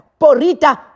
porita